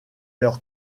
leur